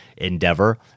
endeavor